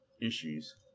issues